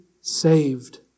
saved